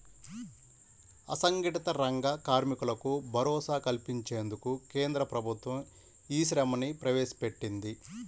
అసంఘటిత రంగ కార్మికులకు భరోసా కల్పించేందుకు కేంద్ర ప్రభుత్వం ఈ శ్రమ్ ని ప్రవేశపెట్టింది